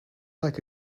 like